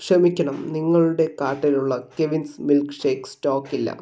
ക്ഷമിക്കണം നിങ്ങളുടെ കാർട്ടിലുള്ള കെവിൻസ് മിൽക്ക് ഷേക്ക് സ്റ്റോക്കില്ല